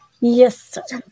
Yes